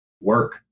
work